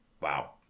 Wow